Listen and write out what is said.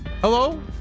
Hello